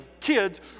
kids